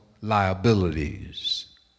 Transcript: liabilities